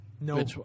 No